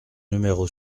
numéro